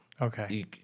Okay